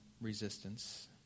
resistance